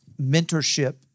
mentorship